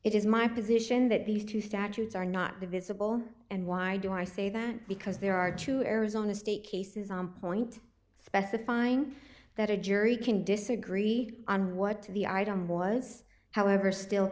it is my position that these two statutes are not divisible and why do i say that because there are two arizona state cases on point specifying that a jury can disagree on what the item was however still